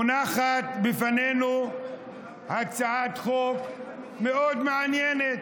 מונחת בפנינו הצעת חוק מאוד מעניינת,